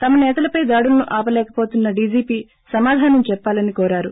తమ సేతలపై దాడులను ఆపలేకపోతున్న డీజీపీ సమాదానం చెప్పాలని కోరారు